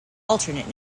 alternate